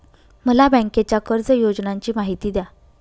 मला बँकेच्या कर्ज योजनांची माहिती द्या